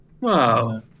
Wow